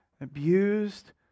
abused